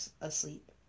asleep